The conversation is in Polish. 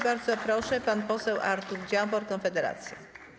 Bardzo proszę, pan poseł Artur Dziambor, Konfederacja.